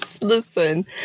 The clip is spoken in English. Listen